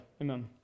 Amen